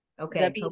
Okay